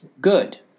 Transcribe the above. good